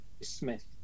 Smith